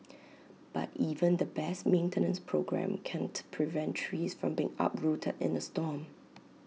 but even the best maintenance programme can't prevent trees from being uprooted in A storm